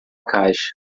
caixa